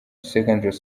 secondary